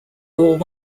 wore